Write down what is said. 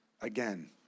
again